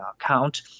account